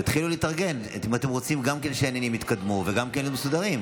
תתחילו להתארגן אם אתם רוצים שהעניינים יתקדמו וגם יהיו מסודרים.